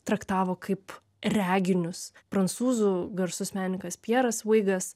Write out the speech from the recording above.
traktavo kaip reginius prancūzų garsus menininkas pjeras vigas